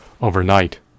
overnight